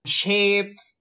shapes